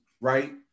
right